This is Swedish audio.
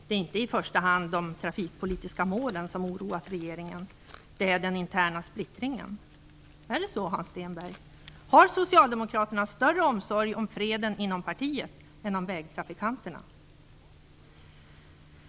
Det är inte i första hand de trafikpolitiska målen som oroat regeringen, det är den interna splittringen. Är det så, Hans Stenberg, att Socialdemokraterna har större omsorg om freden inom partiet än om vägtrafikanterna?